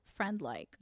friendlike